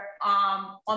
on